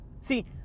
see